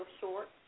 short